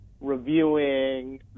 reviewing